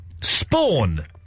Spawn